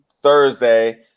Thursday